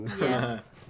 Yes